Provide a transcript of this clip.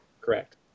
Correct